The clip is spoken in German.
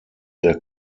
der